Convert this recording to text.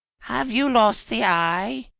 have you lost the eye?